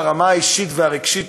ברמה האישית והרגשית,